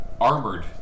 armored